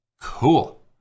Cool